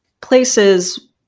places